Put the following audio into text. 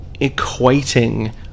equating